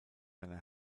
seiner